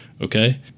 Okay